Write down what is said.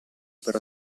per